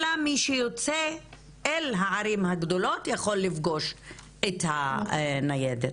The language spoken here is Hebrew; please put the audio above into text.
אלא מי שיוצא אל הערים הגדולות יכול לפגוש את הניידת.